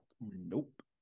Nope